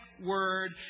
word